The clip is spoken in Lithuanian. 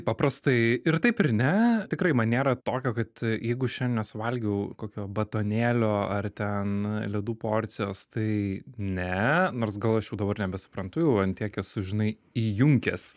paprastai ir taip ir ne tikrai man nėra tokio kad jeigu šiandien nesuvalgiau kokio batonėlio ar ten ledų porcijos tai ne nors gal aš jau dabar nebesuprantu jau ant tiek esu žinai įjunkęs